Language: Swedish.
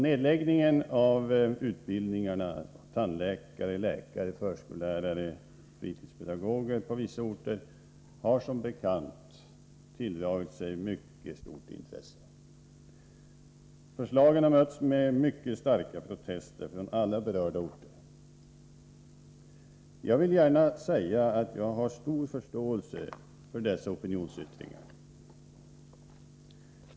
Nedläggningen av utbildningarna för tandläkare, läkare, förskollärare och fritidspedagoger på vissa orter har som bekant tilldragit sig mycket stort intresse. Förslagen har mötts med mycket starka protester från alla berörda orter. Jag vill gärna säga att jag har stor förståelse för dessa opinionsyttringar.